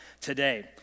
today